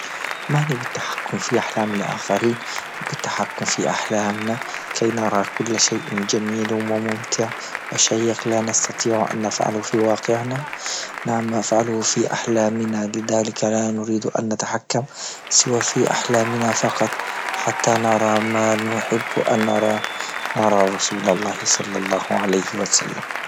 معني بالتحكم في أحلام الأخرين بالتحكم في أحلامنا كي نرى كل شيء جميل وممتع وشيق لا نستطيع أن نفعله في واقعناد نعم نفعله في أحلامنا بذلك لا نريد ان نتحكم سوى في أحلامنا فقط حتى نرى ما نحب أن نرى، نرى رسول الله صلى الله عليه وسلم.